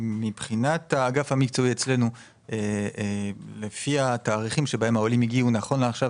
מבחינת האגף המקצועי אצלנו לפי התאריכים שבהם העולים הגיעו נכון לעכשיו,